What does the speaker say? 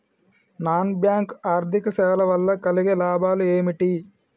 Non bank ఆర్థిక సేవల వల్ల కలిగే లాభాలు ఏమిటి?